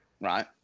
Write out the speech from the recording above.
right